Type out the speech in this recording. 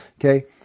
Okay